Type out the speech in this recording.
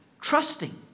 trusting